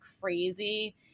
crazy